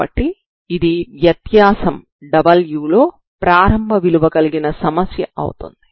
కాబట్టి ఇది వ్యత్యాసం w లో ప్రారంభ విలువ కలిగిన సమస్య అవుతుంది